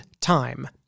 time